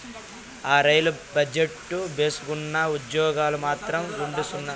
ఆ, రైలు బజెట్టు భేసుగ్గున్నా, ఉజ్జోగాలు మాత్రం గుండుసున్నా